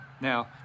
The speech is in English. Now